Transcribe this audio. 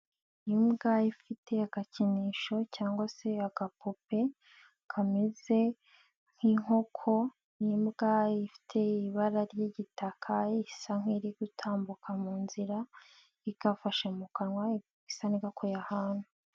Imbwa ifite agakinisho cyangwa se agapupe, kameze nk'inkoko, n'imbwa ifite ibara ry'igitaka isa nk'iri gutambuka mu nzira, igafashe mu kanwa, isa nk'igakuye ahantu.